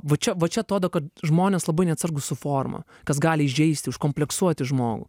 va čia va čia atrodo kad žmonės labai neatsargūs su forma kas gali įžeisti užkompleksuoti žmogų